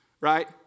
Right